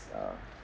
is a